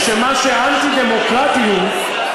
ומשפט הסיכום הוא שמה שאנטי-דמוקרטי הוא התערבות